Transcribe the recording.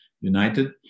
United